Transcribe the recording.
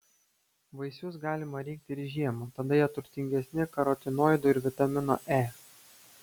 vaisius galima rinkti ir žiemą tada jie turtingesni karotinoidų ir vitamino e